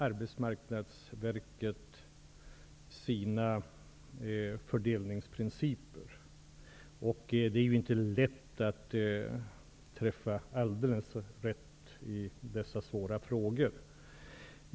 Arbetsmarknadsverket har ju sina fördelningsprinciper, och det är inte lätt att träffa alldeles rätt i dessa svåra frågor.